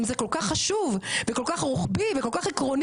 אם זה כל כך חשוב וכל כך רוחבי וכל כך עקרוני,